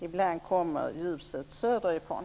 Ibland kommer ljuset söderifrån.